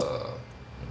err